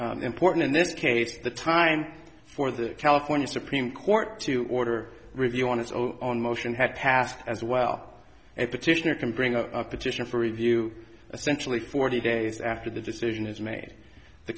important in this case the time for the california supreme court to order really want to go on motion had passed as well as petitioner can bring a petition for review essentially forty days after the decision is made the